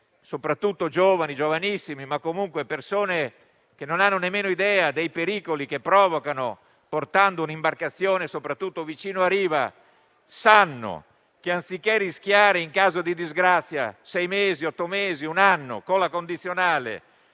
soprattutto giovani e giovanissimi, ma comunque persone che non hanno nemmeno idea dei pericoli che provocano portando un'imbarcazione soprattutto vicino a riva, sanno che, anziché rischiare in caso di disgrazia sei mesi, otto mesi, un anno con la condizionale